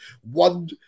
one